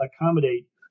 accommodate